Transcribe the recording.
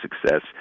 success